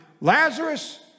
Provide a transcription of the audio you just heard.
Lazarus